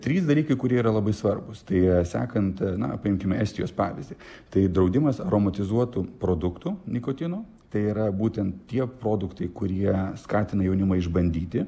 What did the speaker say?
trys dalykai kurie yra labai svarbūs tai sekant na paimkime estijos pavyzdį tai draudimas aromatizuotų produktų nikotino tai yra būtent tie produktai kurie skatina jaunimą išbandyti